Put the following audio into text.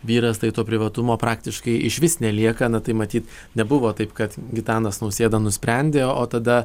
vyras tai to privatumo praktiškai išvis nelieka na tai matyt nebuvo taip kad gitanas nausėda nusprendė o tada